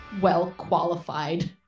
well-qualified